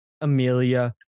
Amelia